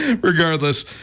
Regardless